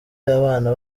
abana